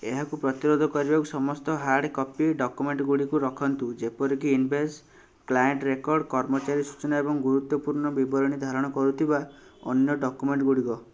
ଏହାକୁ ପ୍ରତିରୋଧ କରିବାକୁ ସମସ୍ତ ହାର୍ଡ଼୍ କପି ଡକ୍ୟୁମେଣ୍ଟ୍ ଗୁଡ଼ିକୁ ରଖନ୍ତୁ ଯେପରି କି ଇନଭେସ୍ କ୍ଲାଏଣ୍ଟ୍ ରେକର୍ଡ଼ କର୍ମଚାରୀ ସୂଚନା ଏବଂ ଗୁରୁତ୍ୱପୂର୍ଣ୍ଣ ବିବରଣୀ ଧାରଣ କରୁଥିବା ଅନ୍ୟ ଡକ୍ୟୁମେଣ୍ଟ୍ ଗୁଡ଼ିକ